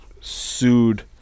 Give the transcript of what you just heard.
sued